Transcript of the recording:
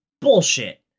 bullshit